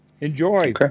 Enjoy